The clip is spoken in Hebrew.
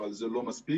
אבל זה לא מספיק.